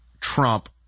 Trump